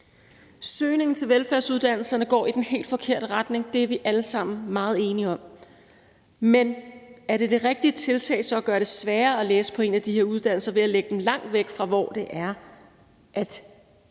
Søgningen til velfærdsuddannelserne går i den helt forkerte retning – det er vi alle sammen meget enige om – men er det så det rigtige tiltag at gøre det sværere at læse på en af de her uddannelser ved at lægge dem langt væk derfra, hvor de